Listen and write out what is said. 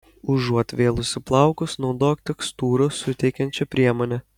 užuot vėlusi plaukus naudok tekstūros suteikiančią priemonę